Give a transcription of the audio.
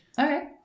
okay